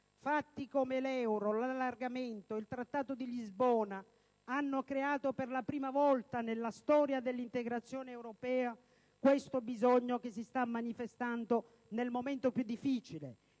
Fatti come l'euro, l'allargamento, il Trattato di Lisbona hanno creato per la prima volta nella storia dell'integrazione europea questo bisogno che si sta manifestando nel momento più difficile,